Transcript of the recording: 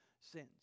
sins